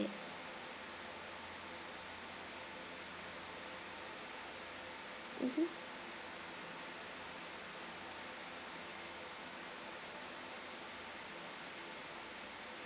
mmhmm